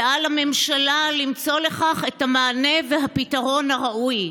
ועל הממשלה למצוא לכך את המענה והפתרון הראויים.